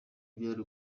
byari